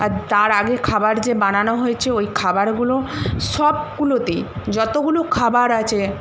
আর তার আগে খাবার যে বানানো হয়েছে ওই খাবারগুলো সবগুলোতেই যতগুলো খাবার আছে